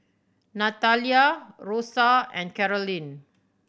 Nathalia Rosa and Carolyn